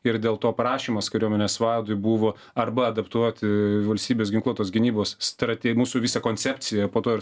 ir dėl to prašymas kariuomenės vadui buvo arba adaptuoti valstybės ginkluotos gynybos strate mūsų visą koncepciją po to ir